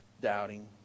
doubting